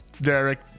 Derek